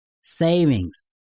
Savings